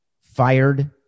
fired